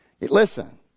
listen